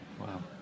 Wow